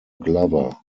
glover